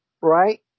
right